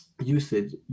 usage